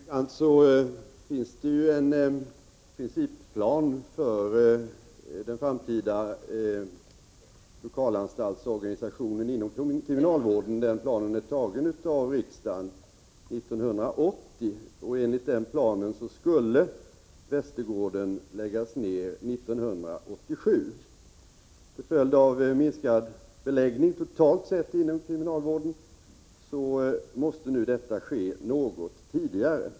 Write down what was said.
Herr talman! Som bekant finns det en principplan för den framtida lokalanstaltsorganisationen inom kriminalvården. Planen antogs av riksdagen 1980. Enligt denna plan skulle Västergården läggas ned 1987. Till följd av minskad beläggning totalt sett inom kriminalvården måste nedläggningen nu ske något tidigare.